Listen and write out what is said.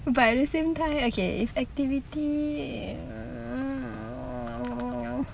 but at the same time okay if activity mm